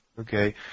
Okay